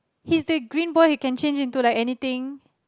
he's the green boy he can change into like anything